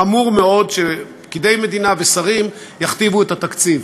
חמור מאוד שפקידי מדינה ושרים יכתיבו את התקציב.